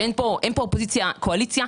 שאין פה, אין פה אופוזיציה קואליציה.